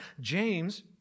James